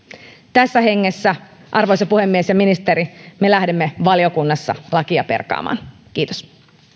tässä hengessä arvoisa puhemies ja ministeri me lähdemme valiokunnassa lakia perkaamaan kiitos